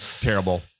Terrible